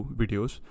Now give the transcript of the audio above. videos